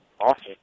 Awesome